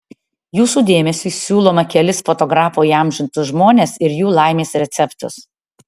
jūsų dėmesiui siūlome kelis fotografo įamžintus žmones ir jų laimės receptus